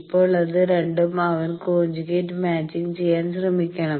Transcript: ഇപ്പോൾ ഇത് രണ്ടും അവൻ കോഞ്ചുഗേറ്റ് മാച്ചിങ് ചെയ്യാൻ ശ്രമിക്കണം